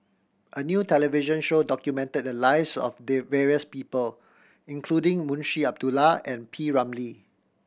a new television show documented the lives of the various people including Munshi Abdullah and P Ramlee